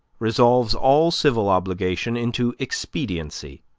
resolves all civil obligation into expediency